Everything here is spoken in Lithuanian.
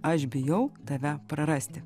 aš bijau tave prarasti